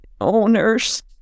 Owners